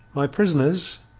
my prisoners,